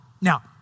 Now